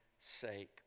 sake